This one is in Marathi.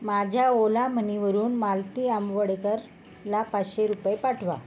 माझ्या ओला मनीवरून मालती आंबवडेकरला पाचशे रुपये पाठवा